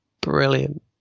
Brilliant